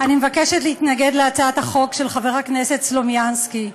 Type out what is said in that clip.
אני מבקשת להתנגד להצעת החוק של חבר הכנסת סלומינסקי.